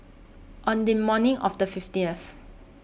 on The morning of The fifteenth